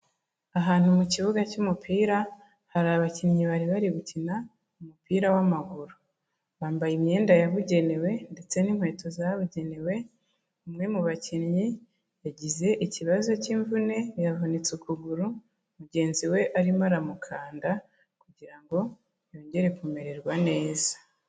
Ahantu mu kibuga cy'umupira, hari abakinnyi bari bari gukina umupira w'amaguru. Bambaye imyenda yabugenewe, ndetse n'inkweto zabugenewe, umwe mu bakinnyi yagize ikibazo cy'imvune, yavunitse ukuguru, mugenzi we arimo aramukanda, kugira ngo yongere kumererwa neza.